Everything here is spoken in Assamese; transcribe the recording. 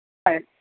হয়